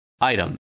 item